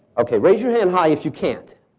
okay. raise your hand high if you can't.